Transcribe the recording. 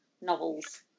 novels